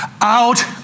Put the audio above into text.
Out